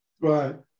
Right